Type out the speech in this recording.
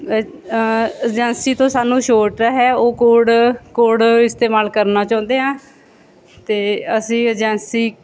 age agency ਤੋਂ ਸਾਨੂੰ ਛੂਟ ਹੈ ਉਹ ਕੋਡ ਕੋਡ ਇਸਤੇਮਾਲ ਕਰਨਾ ਚਾਹੁੰਦੇ ਹਾਂ ਅਤੇ ਅਸੀਂ ਏਜੰਸੀ